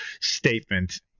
statement